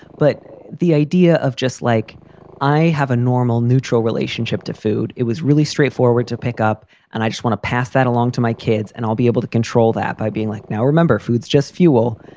but the idea of just like i have a normal neutral relationship to food, it was really straightforward to pick up and i just want to pass that along to my kids and i'll be able to control that by being like, now, remember, foods just fuel.